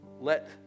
let